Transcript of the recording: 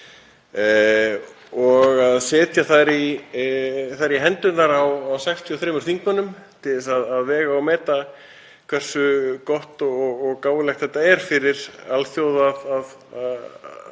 og setja þær í hendurnar á 63 þingmönnum til að vega og meta hversu gott og gáfulegt það er fyrir alþjóð að